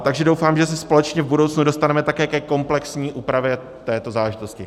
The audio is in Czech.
Takže doufám, že se společně v budoucnu dostaneme také ke komplexní úpravě této záležitosti.